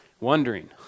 wondering